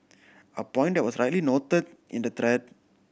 a point that was rightly noted in the thread